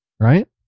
right